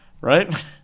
Right